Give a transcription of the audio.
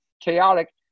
chaotic